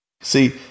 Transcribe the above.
See